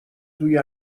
توی